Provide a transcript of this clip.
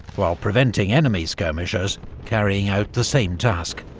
while preventing enemy skirmishers carrying out the same task.